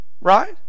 Right